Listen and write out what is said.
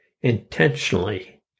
intentionally